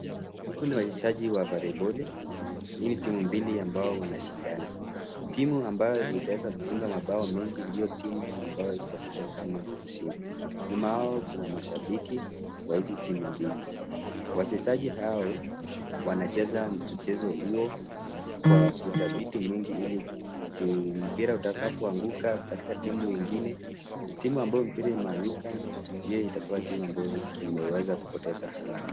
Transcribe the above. Huku ni wachezaji wa volleyball . Hii ni timu mbili ambao wanashindana. Timu ambayo itaweza kufunga mabao mengi ndio timu ambayo itatuzwa kama mshindi. Nyuma yao kuna mashabiki wa hizi timu mbili. Wachezaji hao wanacheza mchezo huo kwa uthabiti mwingi ili mpira utapako anguka katika timu ingine timu ambayo mpira imeanguka ndiyo itakuwa timu ambayo imeweza kupoteza alama.